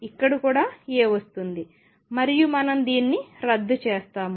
ఇక్కడ కూడా A వస్తుంది మరియు మనం దీన్ని రద్దు చేస్తాము